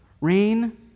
Rain